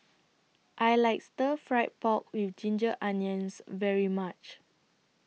I like Stir Fried Pork with Ginger Onions very much